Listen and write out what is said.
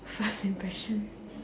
first impression